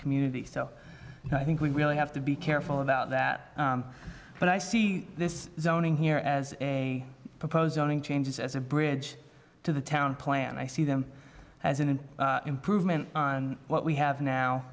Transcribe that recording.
community so i think we really have to be careful about that but i see this zoning here as a propose owning changes as a bridge to the town plan i see them as an improvement on what we have now